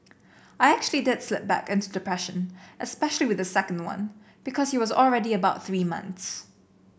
I actually did slip back into depression especially with the second one because he was already about three months